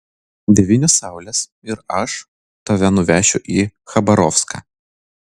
devynios saulės ir aš tave nuvešiu į chabarovską